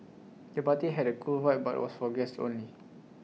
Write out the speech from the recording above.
the party had A cool vibe but was for guests only